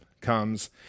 comes